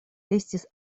estis